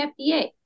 FDA